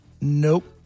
Nope